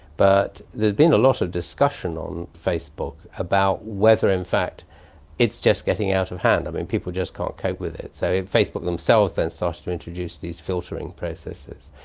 but there's been a lot of discussion on facebook about whether in fact it's just getting out of hand. i mean, people just can't cope with it. so facebook themselves have started to introduce these filtering processes,